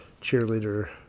cheerleader